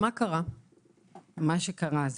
מה שקרה הוא